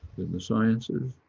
in the sciences,